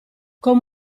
con